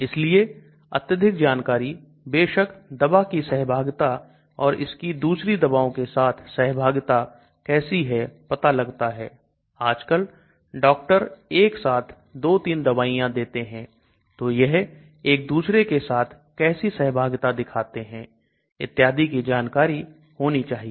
इसलिए अत्यधिक जानकारी बेशक दवा की सहभागिता और इसकी दूसरी दवाओं के साथ सहभागिता कैसी है पता लगता है आजकल डॉक्टर एक साथ 2 3 दवाइयां देते हैं तो यह एक दूसरे के साथ कैसे सहभागिता दिखाते हैं इत्यादि की जानकारी होनी चाहिए